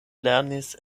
lernis